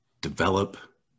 develop